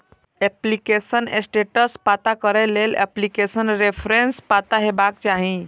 application status पता करै लेल एप्लीकेशन रेफरेंस पता हेबाक चाही